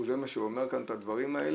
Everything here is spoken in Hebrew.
זה מה שהוא אומר כאן, את הדברים האלה?